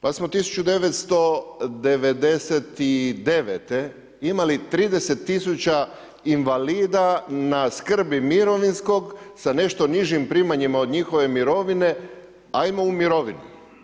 Pa smo 1999. imali 3000 invalida na skrbi mirovinskog sa nešto nižim primanjima od njihove mirovine, ajmo u mirovinu.